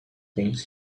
things